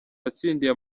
yatsindiye